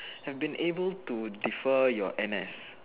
have been able to defer your NS